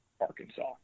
Arkansas